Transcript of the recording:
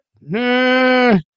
No